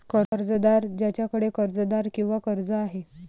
कर्जदार ज्याच्याकडे कर्जदार किंवा कर्ज आहे